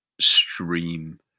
stream